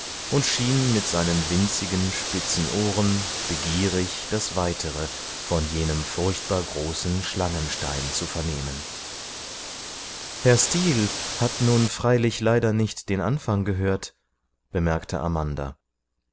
und schien mit seinen winzigen spitzen ohren begierig das weitere von jenem furchtbar großen schlangenstein zu vernehmen herr steel hat nun freilich leider nicht den anfang gehört bemerkte amanda